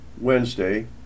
Wednesday